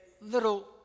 little